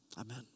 Amen